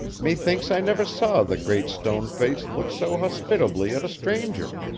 methinks i never saw the great stone face look so hospitably at a stranger